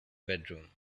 bedroom